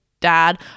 dad